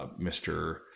Mr